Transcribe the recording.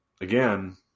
again